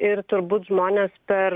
ir turbūt žmonės per